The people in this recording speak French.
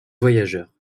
voyageurs